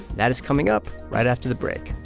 that is coming up right after the break